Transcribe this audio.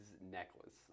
necklace